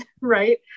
right